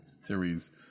series